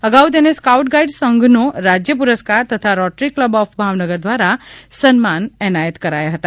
અગાઉ તેને scout guide સંઘનો રાજય પુરસ્કાર તથા રોટરી કલબ ઓફ ભાવનગર દ્વારા સન્માન અનેથાત કરાયા છે